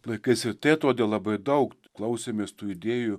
laikais ir tai atrodė labai daug klausėmės tų idėjų